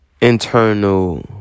internal